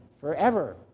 forever